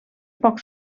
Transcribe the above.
pocs